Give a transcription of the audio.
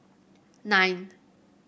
nine